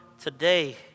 today